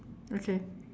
okay